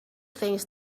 things